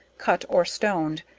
cut or stoned,